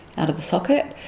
out of the socket.